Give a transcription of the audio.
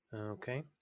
Okay